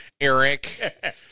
Eric